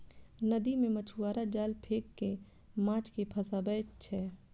नदी मे मछुआरा जाल फेंक कें माछ कें फंसाबै छै